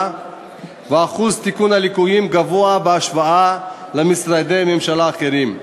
וכי שיעור תיקון הליקויים גבוה בהשוואה למשרדי ממשלה אחרים.